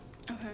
Okay